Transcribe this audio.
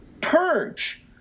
purge